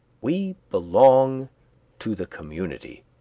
we belong to the community.